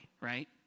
right